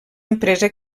empresa